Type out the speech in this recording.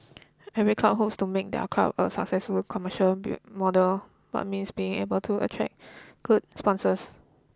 every club hopes to make their club a successful commercial bit model but means being able to attract good sponsors